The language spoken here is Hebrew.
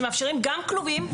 שמאפשרים גם כלובים,